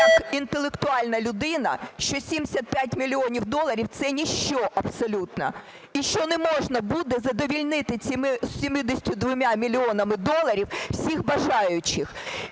як інтелектуальна людина, що 75 мільйонів доларів – це ніщо абсолютно, і що не можна буде задовольнити цими 75 мільйонами доларів всіх бажаючих.